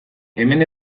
hemen